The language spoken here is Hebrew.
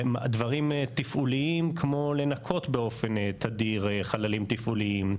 דברים תפעוליים כמו לנקות באופן תדיר חללים תפעוליים.